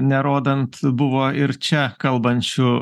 nerodant buvo ir čia kalbančių